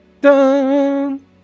dun